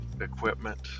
equipment